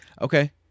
Okay